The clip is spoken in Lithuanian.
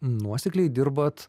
nuosekliai dirbat